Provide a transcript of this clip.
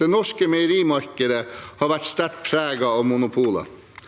Det norske meierimarkedet har vært sterkt preget av monopoler,